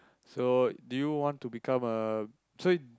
so do you want to become a so